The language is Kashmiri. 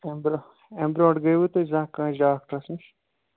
اَمہِ برٛونٛہہ اَمہِ برٛونٛٹھ گٔیوٕ تُہۍ زانٛہہ کٲنٛسہِ ڈاکٹرس نِش